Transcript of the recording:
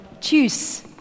choose